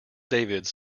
david’s